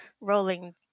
rolling